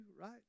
right